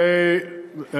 סליחה.